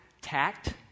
tact